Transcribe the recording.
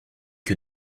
que